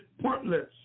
pointless